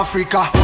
Africa